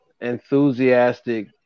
enthusiastic